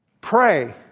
pray